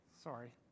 Sorry